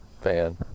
fan